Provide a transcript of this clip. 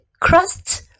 crusts